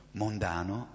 mondano